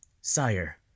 Sire